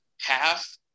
half